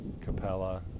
capella